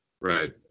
Right